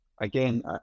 again